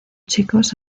chicos